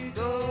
go